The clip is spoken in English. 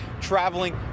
Traveling